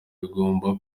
rugomba